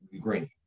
green